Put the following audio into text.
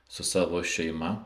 su savo šeima